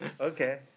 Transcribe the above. Okay